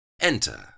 Enter